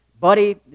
buddy